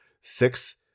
six